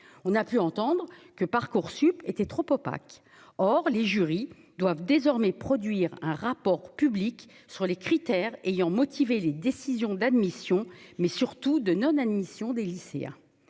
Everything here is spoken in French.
on a pu entendre que Parcoursup était trop opaque, or les jurys doivent désormais produire un rapport public sur les critères ayant motivé les décisions d'admission mais surtout de non-admission des lycéens,